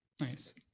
Nice